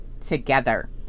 together